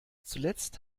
zuletzt